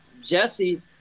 Jesse